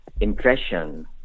impression